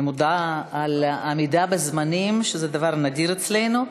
אני מודה על עמידה בזמנים, שזה דבר נדיר אצלנו.